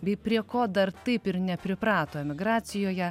bei prie ko dar taip ir nepriprato emigracijoje